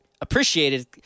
appreciated